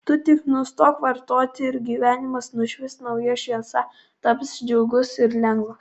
tu tik nustok vartoti ir gyvenimas nušvis nauja šviesa taps džiugus ir lengvas